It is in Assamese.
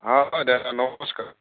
অঁ হয় দাদা নমস্কাৰ